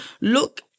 Look